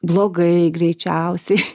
blogai greičiausiai